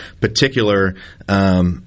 particular